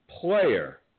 player